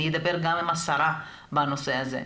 אני אדבר גם עם השרה בנושא הזה,